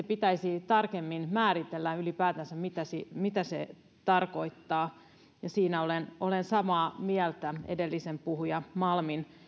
pitäisi tarkemmin määritellä ylipäätänsä mitä se tarkoittaa siinä olen olen samaa mieltä edellisen puhujan malmin